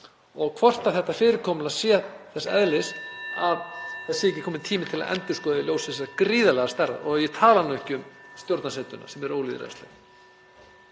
hvort þetta fyrirkomulag sé þess eðlis að það sé ekki kominn tími til að endurskoða það í ljósi þessarar gríðarlegu stærðar, og ég tala nú ekki um stjórnarsetuna sem er ólýðræðisleg.